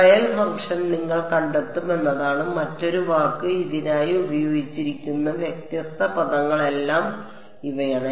trial function നിങ്ങൾ കണ്ടെത്തും എന്നതാണ് മറ്റൊരു വാക്ക് ഇതിനായി ഉപയോഗിച്ചിരിക്കുന്ന വ്യത്യസ്ത പദങ്ങളെല്ലാം ഇവയാണ്